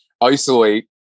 isolate